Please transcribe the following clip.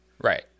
Right